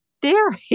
dairy